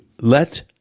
let